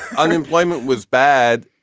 unemployment was bad.